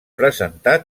presentar